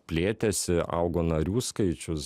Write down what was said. plėtėsi augo narių skaičius